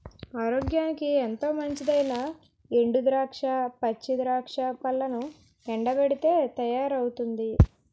ఆరోగ్యానికి ఎంతో మంచిదైనా ఎండు ద్రాక్ష, పచ్చి ద్రాక్ష పళ్లను ఎండబెట్టితే తయారవుతుంది